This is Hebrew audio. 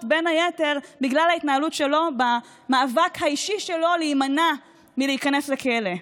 בין היתר בגלל ההתנהלות שלו במאבק האישי שלו להימנע מלהיכנס לכלא.